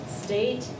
state